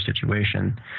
situation